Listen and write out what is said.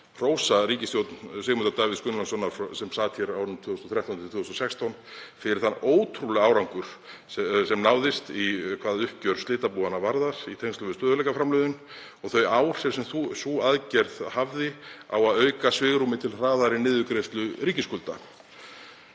hrósa ríkisstjórn Sigmundar Davíðs Gunnlaugssonar sem sat hér á árunum 2013–2016 fyrir þann ótrúlega árangur sem náðist hvað uppgjör slitabúanna varðar í tengslum við stöðugleikaframlögin og þau áhrif sem sú aðgerð hafði á að auka svigrúmið til hraðari niðurgreiðslu ríkisskulda,